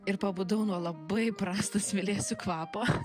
ir pabudau nuo labai prasto svilėsių kvapo